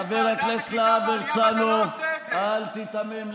חבר הכנסת להב הרצנו, אל תיתמם.